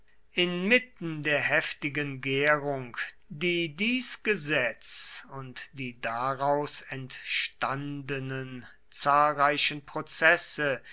inmitten der heftigen gärung die dies gesetz und die daraus entstandenen zahlreichen prozesse